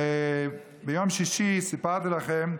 ביום שישי, סיפרתי לכם,